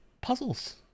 puzzles